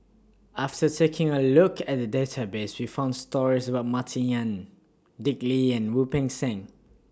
after taking A Look At The Database We found stories about Martin Yan Dick Lee and Wu Peng Seng